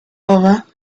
aura